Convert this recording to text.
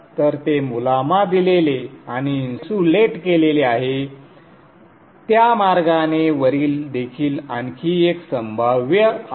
तर ते मुलामा दिलेले आणि इन्सुलेट केलेले आहे त्या मार्गाने वरील देखील आणखी एक संभाव्य आहे